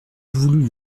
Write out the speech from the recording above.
voulu